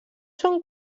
són